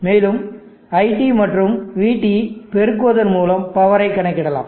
மேலும் iT மற்றும் vT பெருக்குவதன் மூலம் பவரை கணக்கிடலாம்